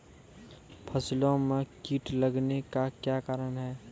फसलो मे कीट लगने का क्या कारण है?